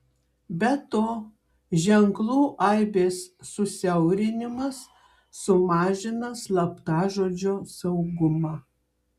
be to ženklų aibės susiaurinimas sumažina slaptažodžio saugumą